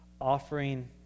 offering